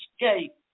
escape